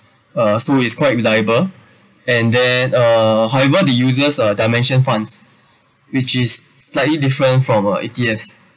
uh so is quite reliable and then uh however they uses uh dimension funds which is slightly different from uh E_T_F